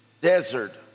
desert